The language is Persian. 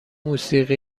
موسیقی